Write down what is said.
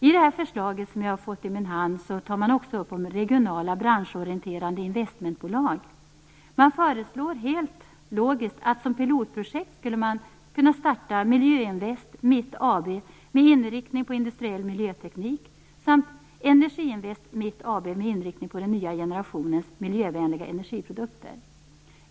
I det förslag som jag har fått i min hand tas också regionala branschorienterade investmentbolag upp. Man föreslår helt logiskt att som pilotprojekt skulle man kunna starta Miljöinvest Mitt AB med inriktning på industriell miljöteknik samt Energiinvest Mitt AB med inriktning på den nya generationens miljövänliga energiprodukter.